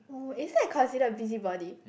oh is that considered busybody